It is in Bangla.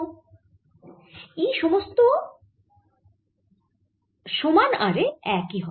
E সমস্ত সমান r এ একই হবে